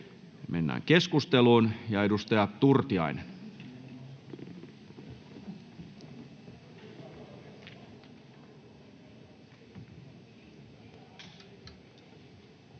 Mennään keskusteluun. Edustaja Turtiainen.